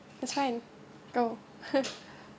it's fine go